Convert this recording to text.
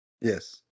Yes